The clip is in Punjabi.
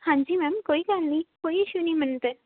ਹਾਂਜੀ ਮੈਮ ਕੋਈ ਗੱਲ ਨਹੀਂ ਕੋਈ ਇਸ਼ੂ ਨਹੀਂ ਮੈਨੂੰ ਤਾਂ